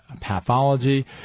pathology